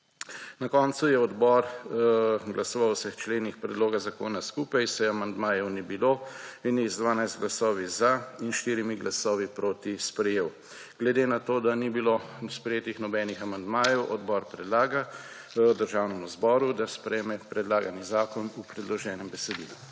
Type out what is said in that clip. Na koncu je odbor glasoval o vseh členih predloga zakona skupaj, saj amandmajev ni bilo in jih z 12 glasovi za in 4 glasovi proti sprejel. Glede na to, da ni bilo sprejetih nobenih amandmajev, odbor predlaga Državnemu zboru, da sprejme predlagani zakon v predloženem besedilu.